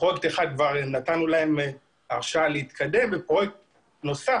לפרויקט אחד כבר נתנו להם הרשאה להתקדם ויש פרויקט נוסף.